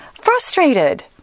frustrated